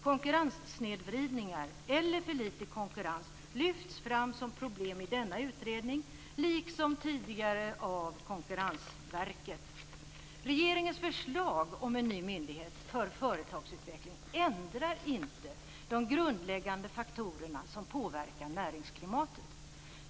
Konkurrenssnedvridningar eller för liten konkurrens lyfts fram som problem i denna utredning, liksom tidigare av Konkurrensverket. Regeringens förslag om en ny myndighet för företagsutveckling ändrar inte de grundläggande faktorerna som påverkar näringsklimatet.